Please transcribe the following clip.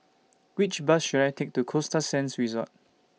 Which Bus should I Take to Costa Sands Resort